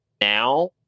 now